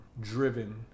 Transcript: driven